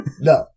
No